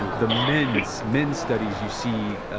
ah the so men's studies, you see,